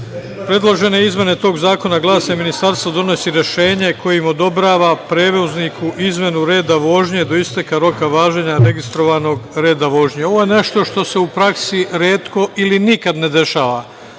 Predložene izmene tog zakona glase – Ministarstvo donosi rešenje kojim odobrava prevozniku izmenu reda vožnje do isteka roka važenja registrovanog reda vožnje. Ovo je nešto što se u praksi retko ili nikad ne dešava,